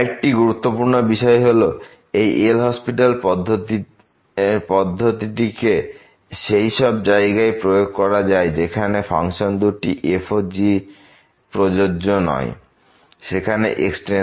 আরেকটি গুরুত্বপূর্ণ বিষয় হলো এই এল হসপিটাল পদ্ধতিটি কে সেই সব জায়গায় প্রয়োগ করা যায় যেখানে ফাংশন দুটি f ও g প্রযোজ্য নয় যেখানে x→a